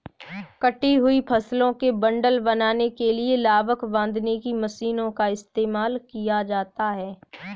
कटी हुई फसलों के बंडल बनाने के लिए लावक बांधने की मशीनों का इस्तेमाल किया जाता है